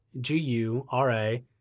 G-U-R-A